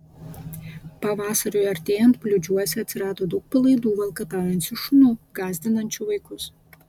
pavasariui artėjant bliūdžiuose atsirado daug palaidų valkataujančių šunų gąsdinančių vaikus